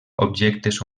objectes